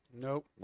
Nope